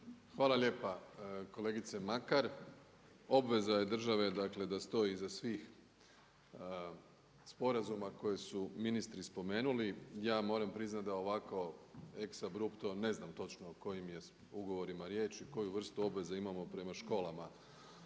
Hvala lijepa kolegice Makar. Obveza je države da stoji iza svih sporazuma koje su ministri spomenuli. Ja moram priznati da ovako exa-brupto ne znam točno o kojim je ugovorima riječ i koju vrstu obaveza imamo prema školama